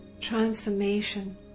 transformation